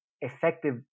effective